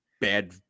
bad